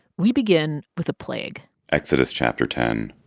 we begin with a plague exodus chapter ten,